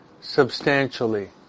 substantially